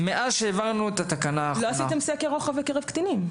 לא עשיתם סקר רוחב בקרב קטינים.